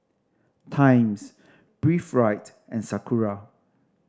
Times Breathe Right and Sakura